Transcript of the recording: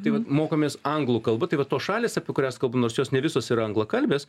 tai vat mokomės anglų kalba tai vat tos šalys apie kurias kalbu nors jos ne visos yra anglakalbės